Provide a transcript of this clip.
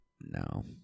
No